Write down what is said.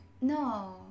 No